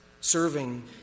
serving